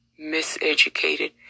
miseducated